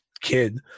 Kid